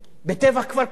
בטבח כפר-קאסם.